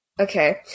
Okay